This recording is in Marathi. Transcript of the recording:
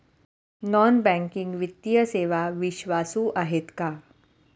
नॉन बँकिंग वित्तीय सेवा विश्वासू आहेत का?